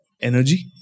energy